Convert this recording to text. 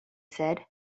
said